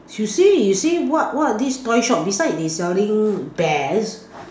you say you say what what this toy shop beside they selling bears